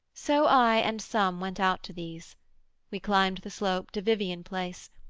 so i and some went out to these we climbed the slope to vivian-place,